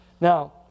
Now